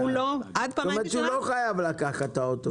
הוא לא חייב לקחת את הרכב.